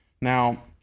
Now